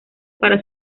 para